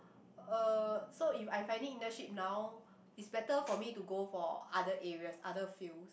uh so if I finding internship now it's better for me to go for other areas other fields